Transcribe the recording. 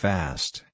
Fast